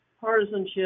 partisanship